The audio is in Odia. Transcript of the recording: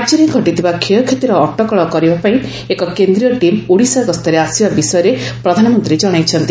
ରାଜ୍ୟରେ ଘଟିଥିବା କ୍ଷୟକ୍ଷତିର ଅଟକଳ ପାଇଁ ଏକ କେନ୍ଦ୍ରୀୟ ଟିମ୍ ଓଡ଼ିଶା ଗସ୍ତରେ ଆସିବା ବିଷୟରେ ପ୍ରଧାନମନ୍ତ୍ରୀ ଜଣାଇଛନ୍ତି